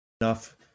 enough